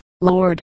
Lord